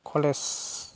college